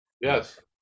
Yes